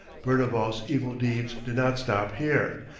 berneval's evil deeds did not stop here.